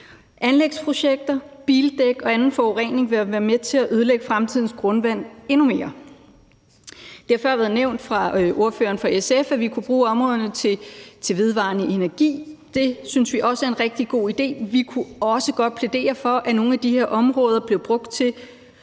Anlægsprojekter, bildæk og anden forurening vil være med til at ødelægge fremtidens grundvand endnu mere. Det har før været nævnt fra ordføreren for SF, at vi kan bruge områderne til vedvarende energi. Det synes vi også er en rigtig god idé. Vi kunne også godt plædere for, at nogle af de her områder blev udlagt til